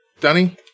Dunny